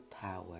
power